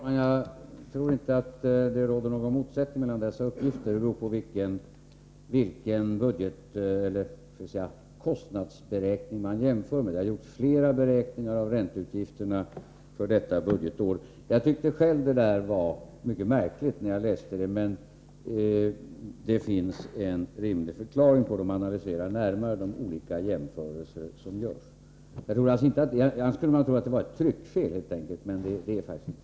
Herr talman! Jag tror inte att det råder någon motsättning mellan dessa uppgifter. Det beror på vilken kostnadsberäkning man jämför med — det har nämligen gjorts flera beräkningar av ränteutgifterna för detta budgetår. Jag tyckte själv att det var mycket märkligt när jag läste detta, men det finns en rimlig förklaring, om man närmare analyserar de olika jämförelser som görs. Man skulle kunna tro att det helt enkelt var ett tryckfel, men det är det faktiskt inte.